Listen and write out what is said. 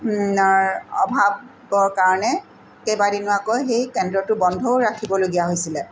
নৰ অভাৱৰ কাৰণে কেইবাদিনো আকৌ সেই কেন্দ্ৰটো বন্ধও ৰাখিবলগীয়া হৈছিলে